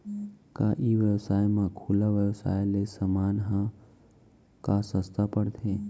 का ई व्यवसाय म खुला व्यवसाय ले समान ह का सस्ता पढ़थे?